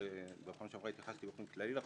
בפעם שעברה התייחסתי באופן כללי,